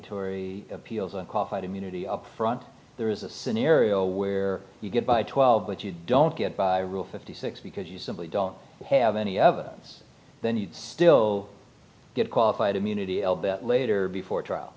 tory appeals and qualified immunity up front there is a scenario where you get by twelve but you don't get by rule fifty six because you simply don't have any evidence then you'd still get qualified immunity l bit later before trial